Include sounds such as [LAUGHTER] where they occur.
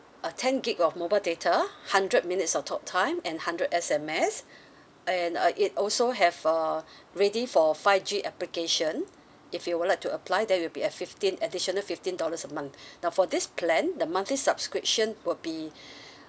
uh ten gig of mobile data hundred minutes of talk time and hundred S_M_S and uh it also have uh [BREATH] ready for five G application if you would like to apply that will be a fifteen additional fifteen dollars a month [BREATH] now for this plan the monthly subscription will be [BREATH]